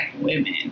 women